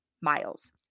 miles